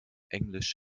englisch